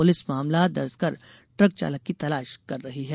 police ने मामला दर्ज कर द्रक चालक की तलाश कर रही है